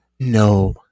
no